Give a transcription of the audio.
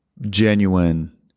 genuine